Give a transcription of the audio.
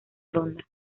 ronda